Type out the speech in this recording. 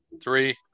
Three